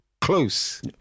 close